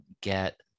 get